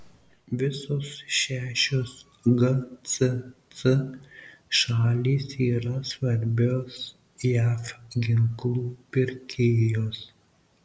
visos šešios gcc šalys yra svarbios jav ginklų pirkėjos